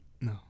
No